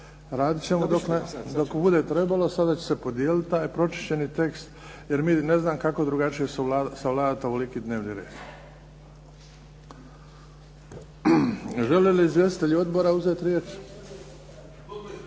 Radit ćemo dok bude trebalo. Sada će se podijeliti taj pročišćeni tekst, jer mi ne znam kako drugačije savladati ovoliki dnevni red. Žele li izvjestitelji odbora uzeti riječ?